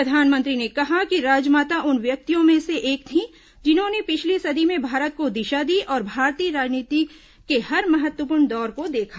प्रधानमंत्री ने कहा कि राजमाता उन व्यक्तित्वों में से एक थीं जिन्होंने पिछली सदी में भारत को दिशा दी और भारतीय राजनीति के हर महत्वपूर्ण दौर को देखा